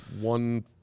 One